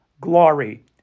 glory